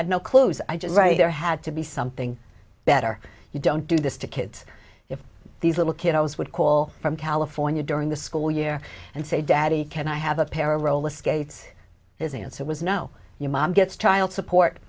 had no clues i just right there had to be something better you don't do this to kids if these little kid i was would call from california during the school year and say daddy can i have a pair of roller skates his answer was no you mom gets child support